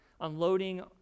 unloading